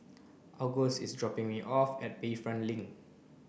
August is dropping me off at Bayfront Link